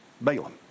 Balaam